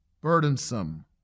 burdensome